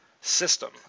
system